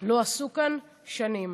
לא עשו כאן שנים.